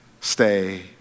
stay